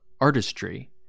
artistry